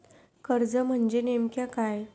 कर्ज म्हणजे नेमक्या काय?